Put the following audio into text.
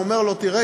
הוא אומר לו: תראה,